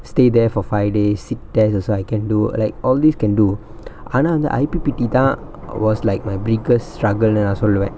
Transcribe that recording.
stay there for five days S_I_T test also I can do like all these can do ஆனா அந்த:aanaa antha I_P_P_T தா:thaa was like my biggest struggle ன்னு நா சொல்லுவ:nu naa solluva